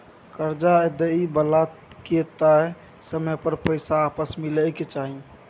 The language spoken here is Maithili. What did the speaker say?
कर्जा दइ बला के तय समय पर पैसा आपस मिलइ के चाही